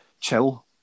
chill